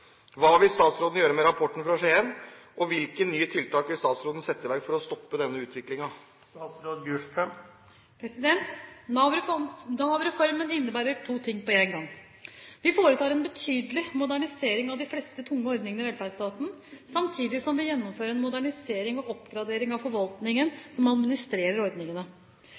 Hva vil statsråden gjøre med rapporten fra Skien, og hvilke nye tiltak vil statsråden sette i verk for å stoppe denne utviklingen?» Nav-reformen innebærer to ting på en gang; vi foretar en betydelig modernisering av de fleste tunge ordningene i velferdsstaten, samtidig som vi gjennomfører en modernisering og oppgradering av forvaltningen som administrerer ordningene.